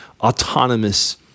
autonomous